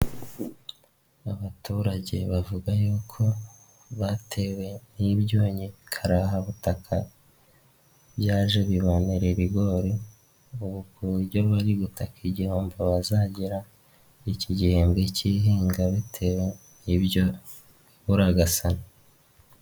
Abaturage bavuga yuko batewe n'ibyonnyi karahabutaka byaje bibonera ibigori, ubu ku buryo bari gutaka igihombo bazagira iki gihembwe k'ihinga bitewe n'ibyo biburagasani.